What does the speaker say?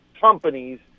companies